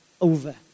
over